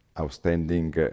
outstanding